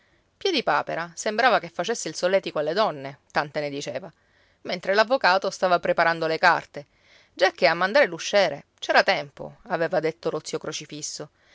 festa piedipapera sembrava che facesse il solletico alle donne tante ne diceva mentre l'avvocato stava preparando le carte giacché a mandare l'usciere c'era tempo aveva detto lo zio crocifisso